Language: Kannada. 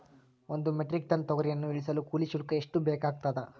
ಒಂದು ಮೆಟ್ರಿಕ್ ಟನ್ ತೊಗರಿಯನ್ನು ಇಳಿಸಲು ಕೂಲಿ ಶುಲ್ಕ ಎಷ್ಟು ಬೇಕಾಗತದಾ?